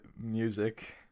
music